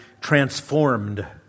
transformed